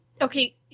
okay